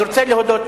אני רוצה להודות,